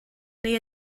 neu